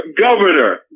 governor